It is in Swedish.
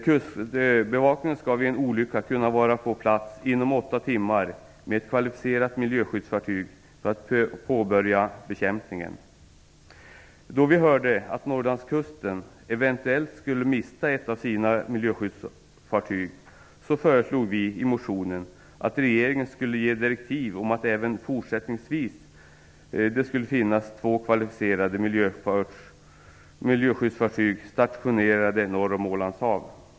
Kustbevakningen skall vid en olycka kunna vara på plats inom åtta timmar med kvalificerat miljöskyddsfartyg för att påbörja bekämpningen. Då vi hörde att Norrlandskusten eventuellt skulle mista ett av sina miljöskyddsfartyg föreslog vi i motionen att regeringen skulle ge direktiv om att det även fortsättningsvis skall finnas två kvalificerade miljöskyddsfartyg stationerad norr om Ålands hav.